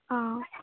অ